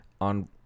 on